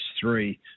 three